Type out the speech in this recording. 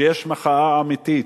שיש מחאה אמיתית,